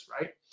right